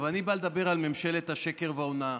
אבל אני בא לדבר על ממשלת השקר וההונאה,